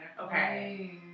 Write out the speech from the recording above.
okay